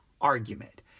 argument